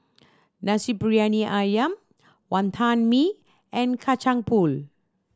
Nasi Briyani Ayam Wantan Mee and Kacang Pool